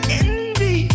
envy